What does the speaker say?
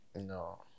No